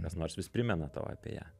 kas nors vis primena tau apie ją